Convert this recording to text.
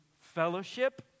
fellowship